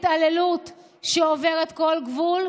התעללות שעוברת כל גבול,